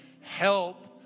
help